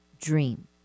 dream